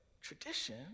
tradition